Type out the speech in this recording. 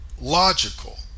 logical